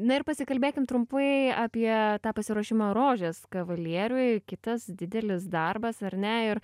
na ir pasikalbėkim trumpai apie tą pasiruošimą rožės kavalieriui kitas didelis darbas ar ne ir